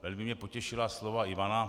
Velmi mě potěšila slova Ivana.